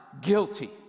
guilty